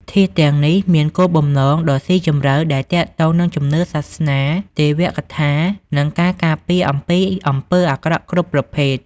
ធាតុទាំងនេះមានគោលបំណងដ៏ស៊ីជម្រៅដែលទាក់ទងនឹងជំនឿសាសនា ទេវកថា និងការការពារពីអំពើអាក្រក់គ្រប់ប្រភេទ។